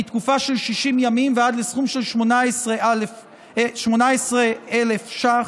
לתקופה של 60 ימים ועד סכום של 18,000 ש"ח,